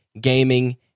gaming